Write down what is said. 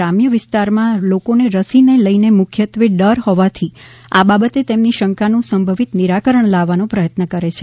ગ્રામ્ય વિસ્તારમાં લોકોને રસીને લઈને મુખ્યત્વે ડર હોવાથી આ બાબતે તેમની શંકાનુ સંભવિત નિરાકરણ લાવવાનો પ્રથત્ન કરે છે